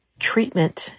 Treatment